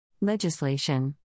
Legislation